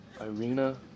Irina